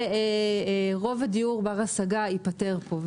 רוב הדיור בר השגה ייפתר פה.